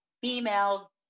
Female